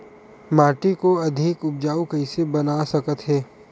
माटी को अधिक उपजाऊ कइसे बना सकत हे?